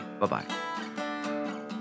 Bye-bye